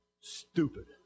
stupid